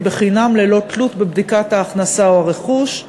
חינם ללא תלות בבדיקת ההכנסה או הרכוש.